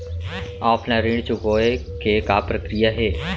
Offline ऋण चुकोय के का प्रक्रिया हे?